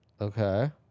Okay